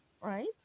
right